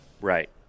Right